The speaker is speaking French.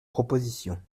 proposition